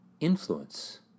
influence